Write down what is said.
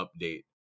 update